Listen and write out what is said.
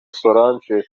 solange